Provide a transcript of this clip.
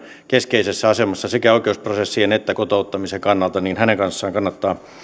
keskeisessä asemassa sekä oikeusprosessien että kotouttamisen kannalta joten hänen kanssaan kannattaa